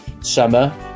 summer